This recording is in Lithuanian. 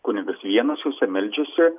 kunigas vienas juose meldžiasi